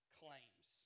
claims